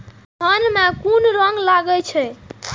धान में कुन रोग लागे छै?